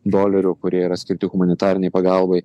dolerių kurie yra skirti humanitarinei pagalbai